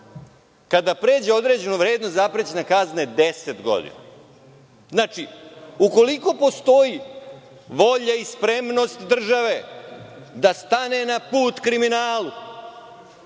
Kada pređe određenu vrednost zaprećena kazna je deset godina. Ukoliko postoji volja i spremnost države da stane na put kriminalu,